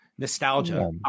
nostalgia